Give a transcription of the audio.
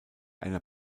eine